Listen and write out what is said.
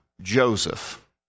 Joseph